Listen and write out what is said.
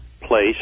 place